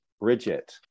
Bridget